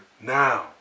now